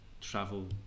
travel